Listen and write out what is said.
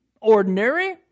ordinary